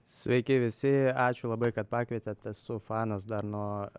sveiki visi ačiū labai kad pakvietėt esu fanas dar nuo